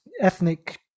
ethnic